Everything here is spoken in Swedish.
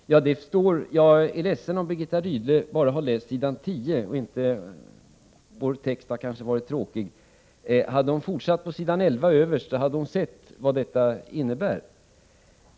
Jag är ledsen om hon läste bara s. 10 — vår text kanske var för tråkig. Hade hon fortsatt på s. 11 hade hon sett vad vi anser i frågan.